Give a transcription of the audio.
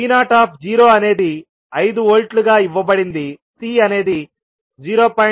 voఅనేది 5 volt లు గా ఇవ్వబడింది C అనేది 0